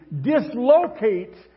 dislocates